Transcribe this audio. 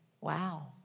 Wow